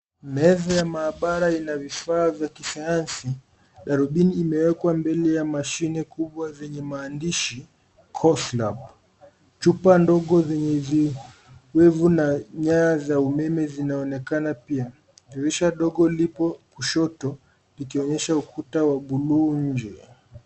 Meza ya mahabara ina vifaa vya kisayansi .Darubini imewekwa mbele ya mashini kubwa zenye maandishi course lab . Chupa ndogo zenye zowefu na nyaya za umeme zinaonekana pia. Dirisha dogo lipo kushoto ikionyesha ukuta wa blue nje.